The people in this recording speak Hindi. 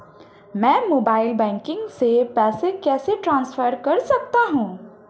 मैं मोबाइल बैंकिंग से पैसे कैसे ट्रांसफर कर सकता हूं?